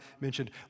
mentioned